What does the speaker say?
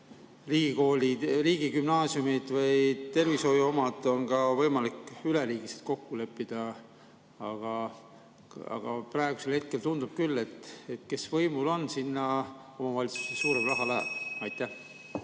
riigikoolide, riigigümnaasiumide või tervishoiu kohta, on ka võimalik üleriigiliselt kokku leppida. Aga praegusel hetkel tundub küll, et kes võimul on, selle omavalitsusustesse suurem raha läheb.